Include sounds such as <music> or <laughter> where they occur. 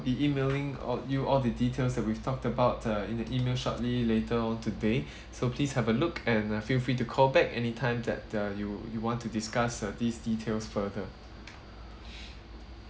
be E-mailing all you all the details that we've talked about uh in the E-mail shortly later today so please have a look and uh feel free to call back anytime that uh you you want to discuss uh these details further <breath>